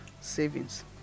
savings